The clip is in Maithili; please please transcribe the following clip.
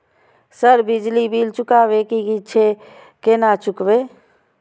सर बिजली बील चुकाबे की छे केना चुकेबे?